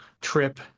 trip